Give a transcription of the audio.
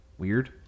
weird